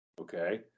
Okay